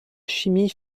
chimie